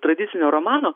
tradicinio romano